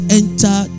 enter